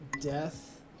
death